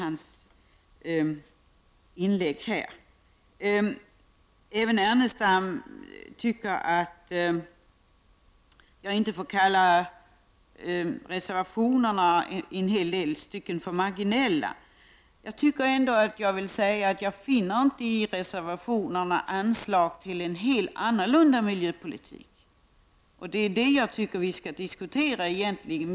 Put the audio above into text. Jag skall inte bemöta honom, utan hänvisar till det kommande inlägget av Inge Carlsson. Även Lars Ernestam säger att det inte är riktigt av mig att säga att förslagen i vissa reservationer är marginella. Men i många reservationer finner jag inte förslag till anslag för en helt annorlunda miljöpolitik.